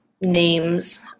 names